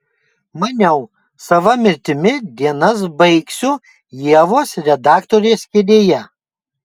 maniau sava mirtimi dienas baigsiu ievos redaktorės kėdėje